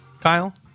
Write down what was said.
Kyle